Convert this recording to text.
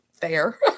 fair